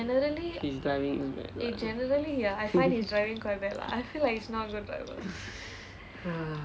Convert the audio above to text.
his driving is bad lah ha